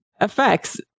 effects